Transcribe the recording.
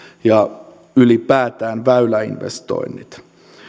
ja ylipäätään väyläinvestoinnit